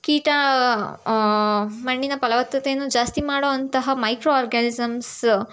ಕೀಟ ಮಣ್ಣಿನ ಫಲವತ್ತತೆಯನ್ನು ಜಾಸ್ತಿ ಮಾಡುವಂತಹ ಮೈಕ್ರೋ ಒರ್ಗಾನಿಸಮ್ಸ್